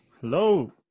Hello